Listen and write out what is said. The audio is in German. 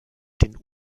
den